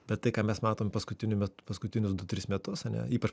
bet tai ką mes matom paskutiniu met paskutinius du tris metus ane ypač